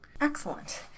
Excellent